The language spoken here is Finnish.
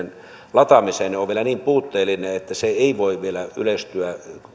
lataamiseen on niin puutteellinen että se ei voi vielä yleistyä